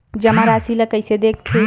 जमा राशि ला कइसे देखथे?